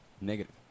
Negative